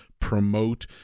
promote